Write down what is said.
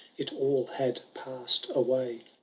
it all had passed away!